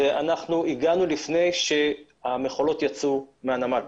זה אומר שאנחנו הגענו לפני שהמכולות יצאו מהנמל.